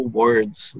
words